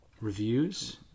reviews